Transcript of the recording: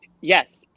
yes